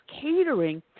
catering